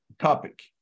topic